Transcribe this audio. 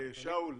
שאול,